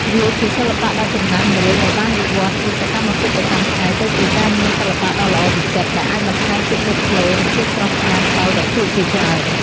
វាជាសិល្បៈដ៏ចំណាស់មួយដែលបានវិវត្តន៍ពីសកម្មភាពប្រចាំថ្ងៃទៅជាការងារសិល្បៈដ៏ល្អវិចិត្រ ដែលអាចបន្ថែមភាពលេចធ្លោ និងភាពស្រស់ស្អាត ដល់វត្ថុជាច្រើន។